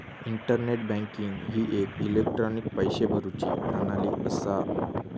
internet banking ही एक electronic पैशे भरुची प्रणाली असा